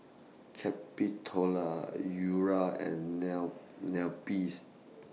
Capitola Eura and Neppie's